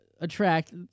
attract